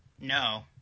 No